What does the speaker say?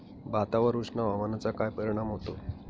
भातावर उष्ण हवामानाचा काय परिणाम होतो?